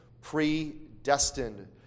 predestined